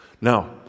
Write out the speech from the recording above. Now